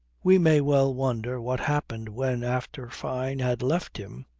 we may well wonder what happened when, after fyne had left him,